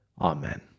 Amen